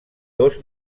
dos